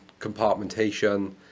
compartmentation